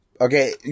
Okay